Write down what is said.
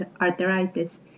arthritis